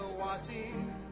watching